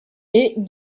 est